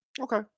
Okay